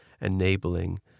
enabling